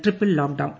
triple lockdown